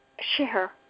share